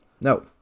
No